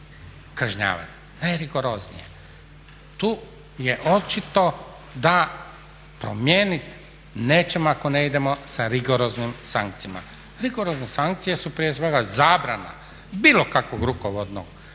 najrigoroznije. Tu je očito da promijenit nećemo ako ne idemo sa rigoroznim sankcijama. Rigorozne sankcije su prije svega zabrana bilo kakvog rukovodnog obavljanja